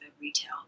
retail